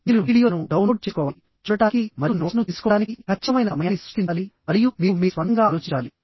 మీరు వీడియోలను డౌన్లోడ్ చేసుకోవాలి చూడటానికి మరియు నోట్స్ ను తీసుకోవడానికి ఖచ్చితమైన సమయాన్ని సృష్టించాలి మరియు మీరు మీ స్వంతంగా ఆలోచించాలి